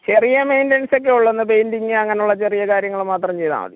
ചെറിയ മെയിൻറ്റേൻസ് ഒക്കെ ഉള്ളെന്ന് പെയിൻറ്റിങ്ങ് അങ്ങനൊള്ള ചെറിയ കാര്യങ്ങൾ മാത്രം ചെയ്താൽ മതി